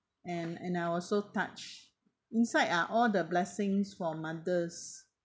and and I was so touched inside are all the blessings for mothers